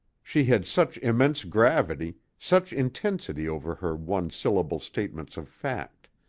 she had such immense gravity, such intensity over her one-syllable statements of fact.